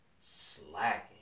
slacking